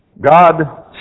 God